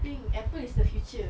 think apple is the future